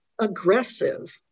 aggressive